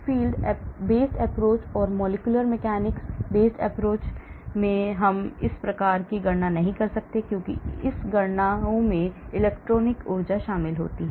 force filed based approach or molecular mechanics based approach में रहते हुए हम इस प्रकार की गणना नहीं कर सकते क्योंकि इन गणनाओं में इलेक्ट्रॉनिक ऊर्जा शामिल होती है